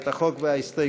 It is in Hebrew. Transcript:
את החוק וההסתייגויות,